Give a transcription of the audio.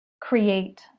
create